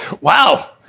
wow